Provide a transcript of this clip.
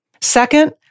Second